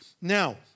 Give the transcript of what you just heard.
Now